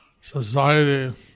society